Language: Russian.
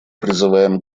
призываем